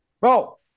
Bro